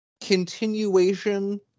continuation